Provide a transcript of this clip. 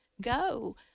go